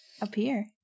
appear